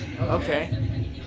Okay